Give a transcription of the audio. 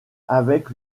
avec